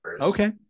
Okay